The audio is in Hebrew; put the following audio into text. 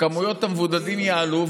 וכמויות המבודדים יעלו,